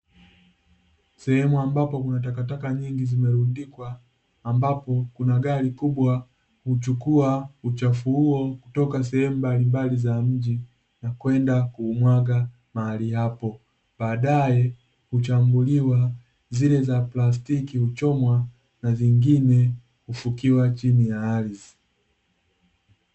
Sehemu ambapo kuna takataka nyingi zimerundikwa, ambapo kuna gari kubwa huchukua uchafu huo kutoka sehemu mbalimbali za mji na kwenda kuumwaga mahali hapo, baadae huchambuliwa, zile za plastiki huchomwa na vingine hufukiwa chini ya ardhi.